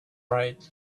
right